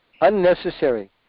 unnecessary